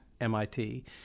MIT